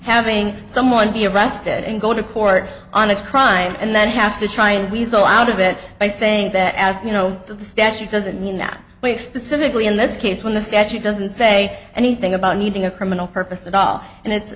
having someone be arrested and go to court on a crime and then have to try and weasel out of it by saying that as you know the statute doesn't mean that explicitly in this case when the statute doesn't say anything about needing a criminal purpose at all and it's